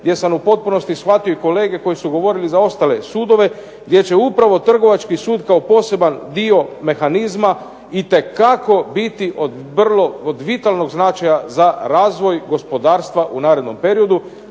gdje sam u potpunosti shvatio i kolege koji su govorili za ostale sudove, gdje će upravo trgovački sud kao poseban dio mehanizma itekako biti od vitalnog značaja za razvoj gospodarstva u narednom periodu,